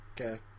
Okay